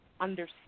understand